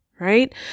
Right